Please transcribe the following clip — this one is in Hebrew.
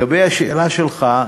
1. לגבי השאלה שלך,